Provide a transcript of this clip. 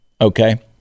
okay